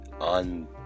on